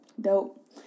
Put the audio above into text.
dope